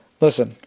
Listen